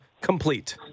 complete